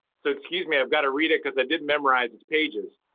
so excuse me, i've got to read it because i didn't memorize its pages.